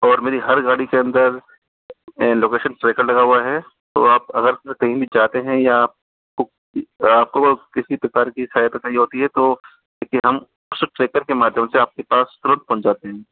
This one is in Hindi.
और मेरी हर गाड़ी के अंदर लोकैशन ट्रैकर लगा हुआ है तो आप अगर कही जाते है या आपको किसी प्रकार की सहायता चाहिए होती है तो हम उस ट्रैकर के माध्यम से आपके पास तुरंत पहुँच जाते हैं